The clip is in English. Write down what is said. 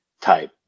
type